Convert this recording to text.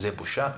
זה בושה וחרפה.